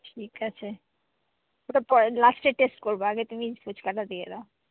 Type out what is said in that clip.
ঠিক আছে ওটা পরে লাস্টে টেস্ট করবো আগে তুমি ফুচকাটা দিয়ে দাও